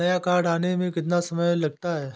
नया कार्ड आने में कितना समय लगता है?